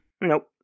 Nope